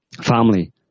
family